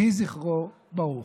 יהי זכרו ברוך.